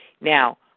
Now